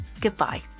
goodbye